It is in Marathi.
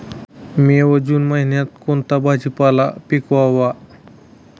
मे व जून महिन्यात कोणता भाजीपाला पिकवावा?